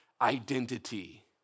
identity